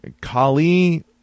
Kali